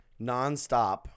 nonstop